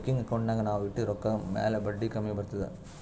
checking ಅಕೌಂಟ್ನಾಗ್ ನಾವ್ ಇಟ್ಟಿದ ರೊಕ್ಕಾ ಮ್ಯಾಲ ಬಡ್ಡಿ ಕಮ್ಮಿ ಬರ್ತುದ್